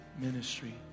Ministry